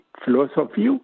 philosophy